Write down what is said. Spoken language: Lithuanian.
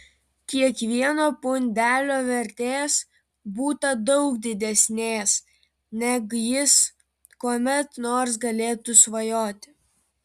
kiekvieno pundelio vertės būta daug didesnės neg jis kuomet nors galėtų svajoti